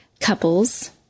couples